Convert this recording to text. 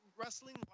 wrestling